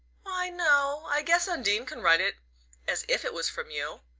why, no. i guess undine can write it as if it was from you.